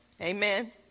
Amen